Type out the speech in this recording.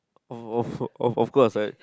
of of course I